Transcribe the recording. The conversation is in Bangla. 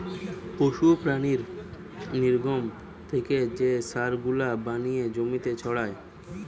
পশু প্রাণীর নির্গমন থেকে যে সার গুলা বানিয়ে জমিতে ছড়ায়